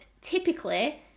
typically